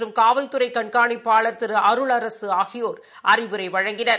மற்றும் காவல்துறைகண்காணிப்பாளர் திருஅருள் அரசுஆகியோர் அறிவுரைவழங்கினர்